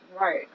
Right